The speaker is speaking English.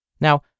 Now